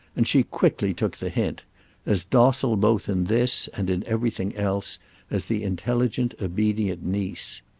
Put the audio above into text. and she quickly took the hint as docile both in this and in everything else as the intelligent obedient niece.